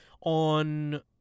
on